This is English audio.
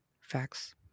Facts